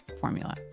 formula